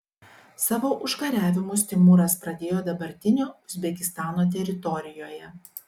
savo užkariavimus timūras pradėjo dabartinio uzbekistano teritorijoje